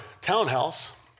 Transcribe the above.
townhouse